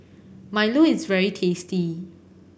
milo is very tasty